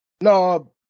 No